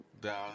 down